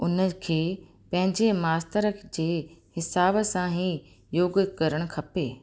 उन खे पंहिंजे मास्तर जे हिसाब सां ई योग करणु खपे